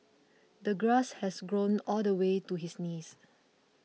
the grass had grown all the way to his knees